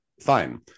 Fine